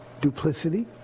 duplicity